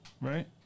Right